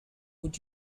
would